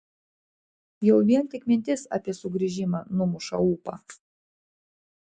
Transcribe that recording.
jau vien tik mintis apie sugrįžimą numuša ūpą